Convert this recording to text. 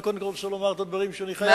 אני רוצה קודם לומר את הדברים שאני חייב,